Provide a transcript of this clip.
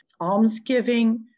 Almsgiving